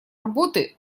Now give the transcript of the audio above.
работы